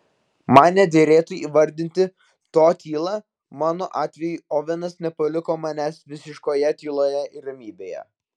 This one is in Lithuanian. man nederėtų įvardinti to tyla mano atveju ovenas nepaliko manęs visiškoje tyloje ir ramybėje